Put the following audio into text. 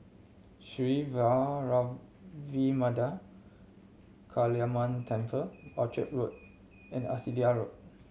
Sri Vairavimada Kaliamman Temple Orchard Road and Arcadia Road